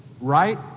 right